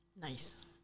nice